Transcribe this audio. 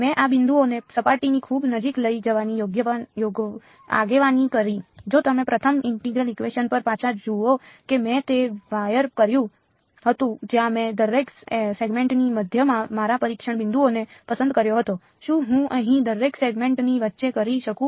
મેં આ બિંદુઓને સપાટીની ખૂબ નજીક લઈ જવાની આગેવાની કરી જો તમે પ્રથમ ઇન્ટેગ્રલ ઇકવેશન પર પાછા જુઓ કે મેં તે વાયર કર્યું હતું જ્યાં મેં દરેક સેગમેન્ટની મધ્યમાં મારા પરીક્ષણ બિંદુઓને પસંદ કર્યા હતા શું હું અહીં દરેક સેગમેન્ટ ની વચ્ચે કરી શકું